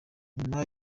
nyuma